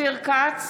אופיר כץ,